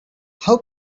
how